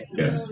yes